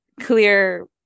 clear